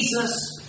Jesus